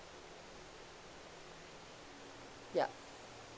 yup